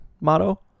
motto